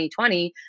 2020